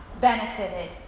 benefited